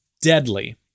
deadly